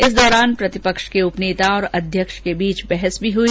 इस दौरान प्रतिपक्ष के उपनेता और अध्यक्ष के बीच बहस भी हुई